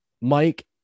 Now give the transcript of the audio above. Mike